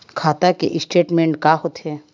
खाता के स्टेटमेंट का होथे?